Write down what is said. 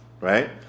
Right